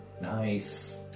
Nice